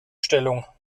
stellung